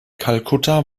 kalkutta